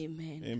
Amen